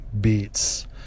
beats